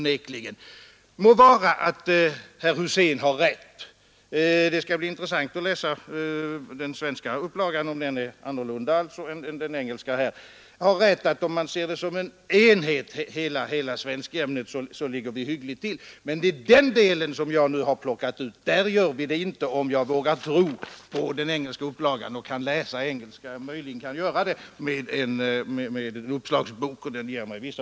Må så vara att herr Husén har rätt — det skall bli intressant att läsa den svenska upplagan och se om den är annorlunda än den engelska — och att vi ligger hyggligt till, om man ser hela svenskämnet som en enhet, men i den del som jag har plockat ut gör vi det inte, om jag vågar tro på den engelska upplagan och kan läsa engelska.